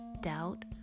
doubt